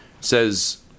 says